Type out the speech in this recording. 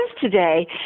today